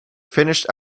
finished